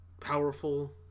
powerful